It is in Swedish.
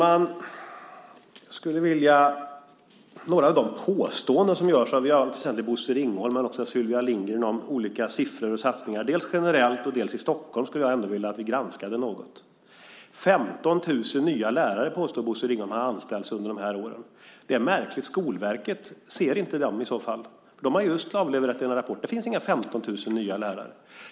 Fru talman! Några av de påståenden som görs av i allt väsentligt Bosse Ringholm men också av Sylvia Lindgren om olika siffror och satsningar, dels generellt, dels i Stockholm, skulle jag ändå vilja att ni granskade något. 15 000 nya lärare påstod Bosse Ringholm hade anställts under de här åren. Det är märkligt, för Skolverket ser inte dem i så fall. Man har just avlevererat en rapport. Det finns inga 15 000 nya lärare.